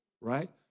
Right